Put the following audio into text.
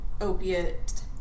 opiate